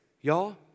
y'all